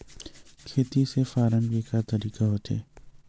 खेती से फारम के का तरीका हे?